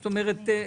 זאת אומרת,